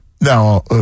Now